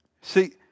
See